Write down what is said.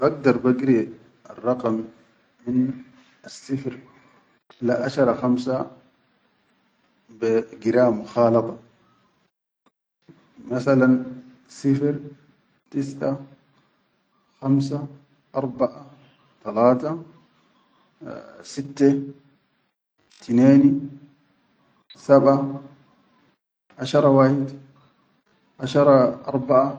Bagdar bagiri arraqam min assifir le ashara khamsa be gira mukhalada masalan sifir, tisaʼa khamsa, arbaʼa, talata, sitte, tinen, sabaʼa, ashara wahid, asharaa.